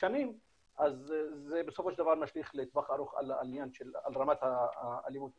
שנים אז זה בסופו של דבר משליך לטווח ארוך על רמת האלימות והפשיעה.